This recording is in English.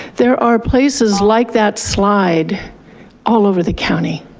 there are places like that slide all over the county.